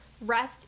rest